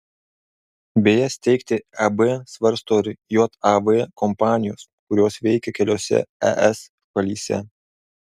beje steigti eb svarsto ir jav kompanijos kurios veikia keliose es šalyse